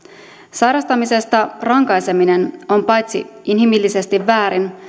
sairastamisesta rankaiseminen on paitsi inhimillisesti väärin